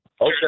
Okay